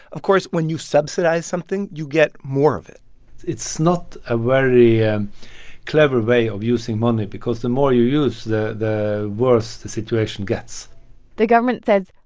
of course, when you subsidize something, you get more of it it's not a very and clever way of using money because the more you use, the the worse the situation gets the government says,